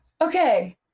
Okay